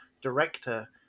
director